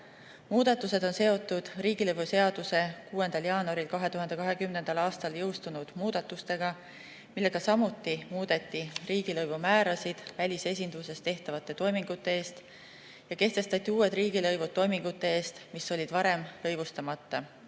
Muudatused on seotud riigilõivuseaduse 6. jaanuaril 2020. aastal jõustunud muudatustega, millega samuti muudeti riigilõivumäärasid välisesinduses tehtavate toimingute eest ja kehtestati uued riigilõivud toimingute eest, mis olid varem lõivustamata,